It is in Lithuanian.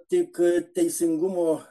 tik teisingumo